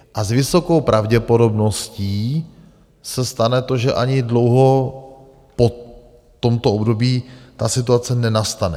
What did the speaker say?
A s vysokou pravděpodobností se stane to, že ani dlouho po tomto období ta situace nenastane.